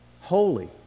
holy